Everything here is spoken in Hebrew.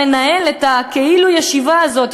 מנהל את הכאילו-ישיבה הזאת,